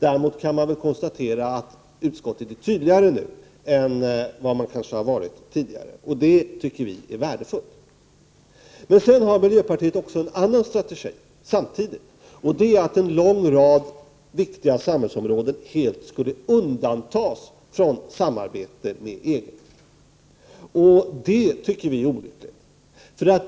Däremot kan man väl konstatera att utskottet nu uttrycker sig tydligare än vad man tidigare har gjort, och vi tycker att det är värdefullt. Den andra strategin som miljöpartiet tillämpar är att en lång rad viktiga samhällsområden helt bör undantas från samarbete med EG. Det anser vi vore olyckligt.